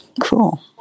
Cool